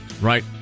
right